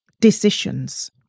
decisions